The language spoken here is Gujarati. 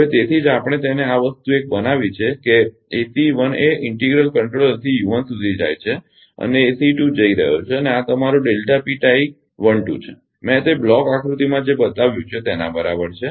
હવે તેથી જ અહીં આપણે તેને આ વસ્તુ એક બનાવી છે કે ACE 1 એ ઇન્ટિગ્રલ કંટ્રોલર થી સુધી જાય છે અને આ ACE 2 જઇ રહ્યો છે અને આ તમારો છે મેં તે બ્લોક આકૃતિમાં જે બતાવ્યું છે તેના બરાબર છે